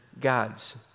God's